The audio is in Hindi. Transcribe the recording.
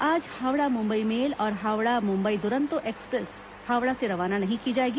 आज हावड़ा मुंबई मेल और हावड़ा मुंबई दुरंतो एक्सप्रेस हावड़ा से रवाना नहीं की जाएगी